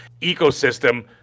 ecosystem